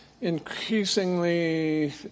increasingly